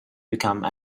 become